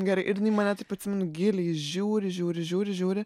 gerai ir jinai į mane taip atsimenu giliai žiūri žiūri žiūri žiūri